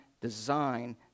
design